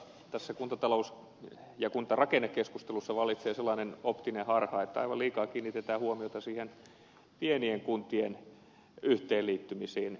minusta tässä kuntatalous ja kuntarakennekeskustelussa vallitsee sellainen optinen harha että aivan liikaa kiinnitetään huomiota niihin pienien kuntien yhteenliittymisiin